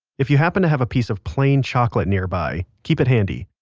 if you happen to have a piece of plain chocolate nearby, keep it handy.